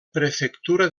prefectura